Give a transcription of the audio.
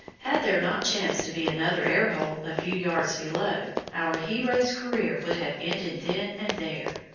had there not chanced to be another air hole a few yards below, our hero's career would have ended then and there.